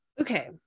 okay